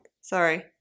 Sorry